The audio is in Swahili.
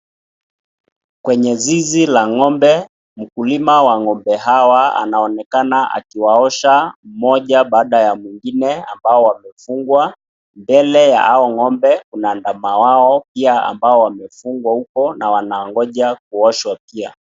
Kwenye zizi la ngombe, mkulima wa ngombe hawa anaonekana akiwaosha mmoja baada ya mwingine ambao wamefunga. Mbele ya hao ngombe Kuna ndama wao pia ambao wamefungwa huko na wanangoja kuoshwa pia.